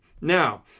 Now